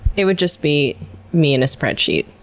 it would just be me and a spreadsheet.